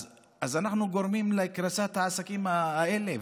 אז אנחנו גורמים לקריסת העסקים האלה.